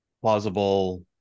Plausible